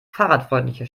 fahrradfreundliche